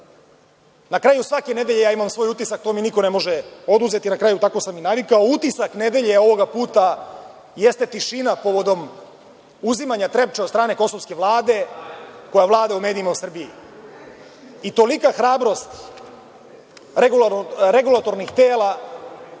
Na kraju svake nedelje ja imam svoj utisak, to mi niko ne može oduzeti, a na kraju tako sam i navikao. Utisak nedelje ovog puta jeste tišina povodom uzimanja Trepče od strane kosovske vlade koja vlada u medijima u Srbiji, i tolika hrabrost regulatornog tela